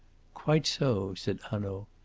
quite so, said hanaud,